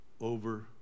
over